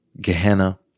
Gehenna